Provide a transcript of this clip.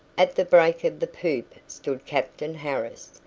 at the break of the poop stood captain harris,